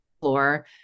floor